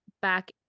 back